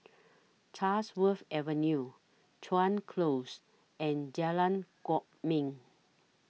Chatsworth Avenue Chuan Close and Jalan Kwok Min